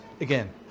again